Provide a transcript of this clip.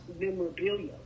memorabilia